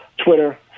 Twitter